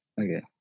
Okay